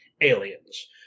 aliens